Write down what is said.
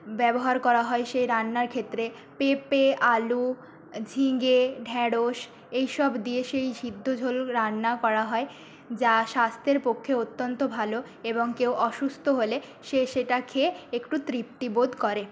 ব্যবহার করা হয় সেই রান্নার ক্ষেত্রে পেঁপে আলু ঝিঙে ঢেঁড়স এই সব দিয়ে সেই সিদ্ধ ঝোল রান্না করা হয় যা স্বাস্থ্যের পক্ষে অত্যন্ত ভালো এবং কেউ অসুস্থ হলে সে সেটা খেয়ে একটু তৃপ্তিবোধ করে